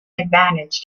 advantage